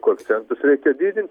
koeficientus reikia didint